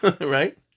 right